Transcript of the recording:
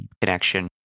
connection